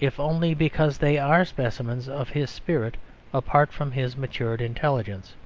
if only because they are specimens of his spirit apart from his matured intelligence.